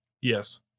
Yes